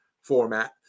format